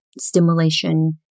stimulation